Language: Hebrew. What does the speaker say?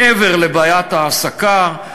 מעבר לבעיית ההעסקה,